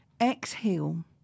exhale